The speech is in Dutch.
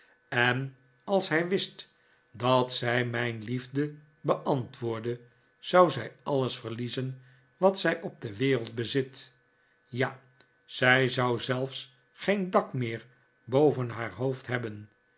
en als hij wist dat zij mijn liefde beantwoordde zou zij alles verliezen wat zij op de wereld bezit ja zij zou zelfs geen dak meer boven haar hoofd hebben